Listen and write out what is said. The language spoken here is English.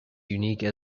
unique